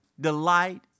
delight